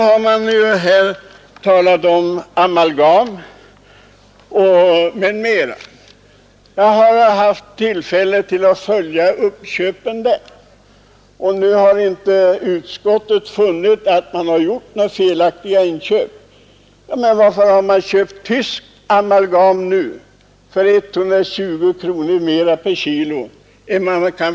Varför skall man inte inom en statlig nämnd kunna anlita sakkunnigt folk och inte några högt utbildade personer som över huvud taget inte kan bedöma det hela? Det gäller ju ändå ganska enkla saker.